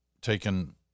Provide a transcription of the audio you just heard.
taken